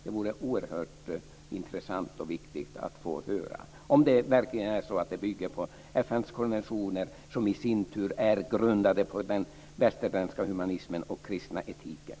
Det vore oerhört intressant och viktigt att få höra om det verkligen bygger på FN:s konventioner, som i sin tur är grundade på den västerländska humanismen och den kristna etiken.